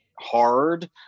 hard